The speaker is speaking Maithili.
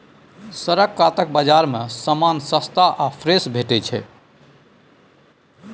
सड़क कातक बजार मे समान सस्ता आ फ्रेश भेटैत छै